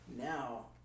Now